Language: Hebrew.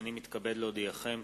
הנני מתכבד להודיעכם,